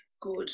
Good